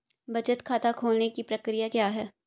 बचत खाता खोलने की प्रक्रिया क्या है?